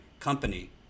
company